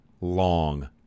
long